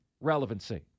relevancy